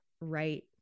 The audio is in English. right